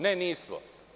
Ne, nismo.